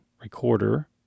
recorder